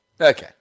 Okay